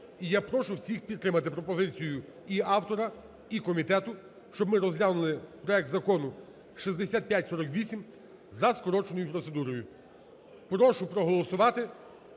і я прошу всіх підтримати пропозицію, і автора, і комітету, щоб ми розглянули проект закону 6548 за скороченою процедурою. Прошу проголосувати